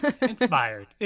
Inspired